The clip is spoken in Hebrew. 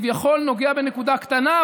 הוא כביכול נוגע בנקודה קטנה,